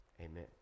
amen